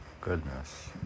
goodness